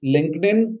LinkedIn